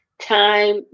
time